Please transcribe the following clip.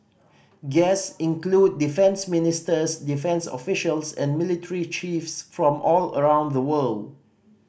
guest included defence ministers defence officials and military chiefs from all around the world